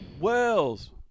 Wells